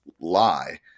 lie